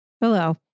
Hello